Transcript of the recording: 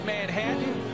Manhattan